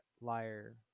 liar